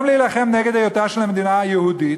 גם להילחם נגד היותה של המדינה יהודית,